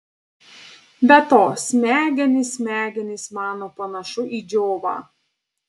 be to smegenys smegenys mano panašu į džiovą